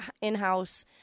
in-house